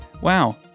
Wow